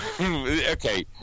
okay